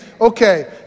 okay